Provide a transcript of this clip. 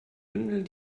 bündeln